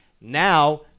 Now